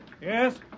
Yes